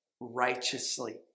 righteously